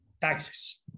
taxes